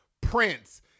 Prince